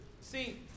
see